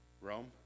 Rome